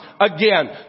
again